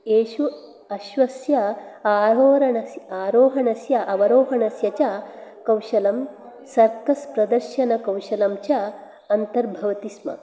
येषु अश्वस्य आरोरणस् आरोहणस्य अवरोहणस्य च कौशलं सर्कस् प्रदर्शनकौशलं च अन्तर्भवति स्म